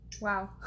Wow